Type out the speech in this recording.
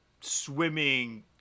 swimming